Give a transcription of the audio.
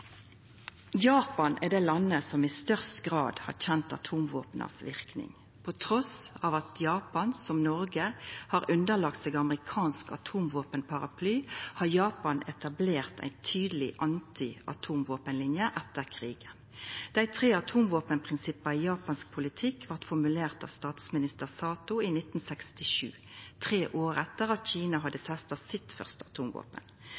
Japan er det landet som i størst grad har kjent verknadene av atomvåpen. Trass i at Japan som Noreg har underlagt seg amerikansk atomvåpenparaply, har Japan etablert ei tydeleg anti-atomvåpenlinje etter krigen. Dei tre atomvåpenprinsippa i japansk politikk blei formulerte av statsminister Sato i 1967, tre år etter at Kina hadde testa sitt fyrste atomvåpen.